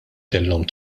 kellhom